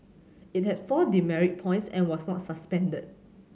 it had four demerit points and was not suspended